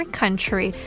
country